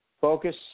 focus